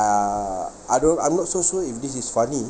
uh I don't I'm not so sure if this is funny